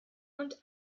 und